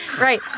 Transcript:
Right